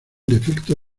defecto